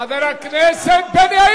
מפלגת העבודה, חבר הכנסת בן-ארי.